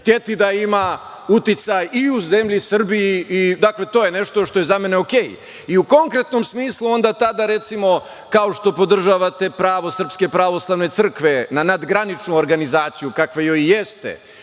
hteti da ima uticaj i u zemlji Srbiji i to je nešto što je za mene okej. I u konkretnom smislu, onda tada, recimo, kao što podržavate pravo SPC na nadgraničnu organizaciju, kakva joj i jeste